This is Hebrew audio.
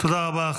תודה רבה.